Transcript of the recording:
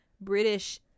British